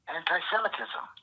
anti-Semitism